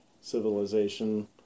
civilization